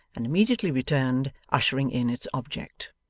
and immediately returned, ushering in its object.